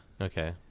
Okay